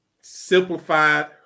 simplified